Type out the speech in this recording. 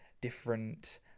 different